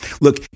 look